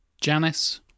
Janice